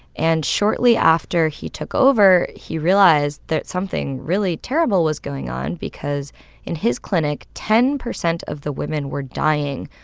and shortly after he took over, he realized that something really terrible was going on because in his clinic, ten percent of the women were dying,